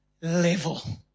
level